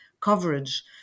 coverage